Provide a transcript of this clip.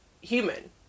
human